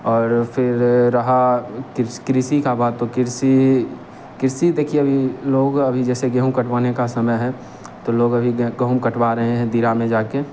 और फिर रहा कृषि कृषि का बात तो कृषि कृषि देखिए अभी लोग जैसे गेहूँ कटवाने का समय है तो लोग अभी गेहूँ कटवा रहे हैं दीरा में जा कर